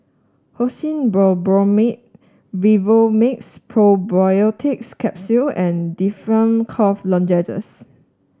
Hyoscine Butylbromide Vivomixx Probiotics Capsule and Difflam Cough Lozenges